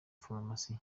farumasi